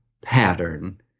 pattern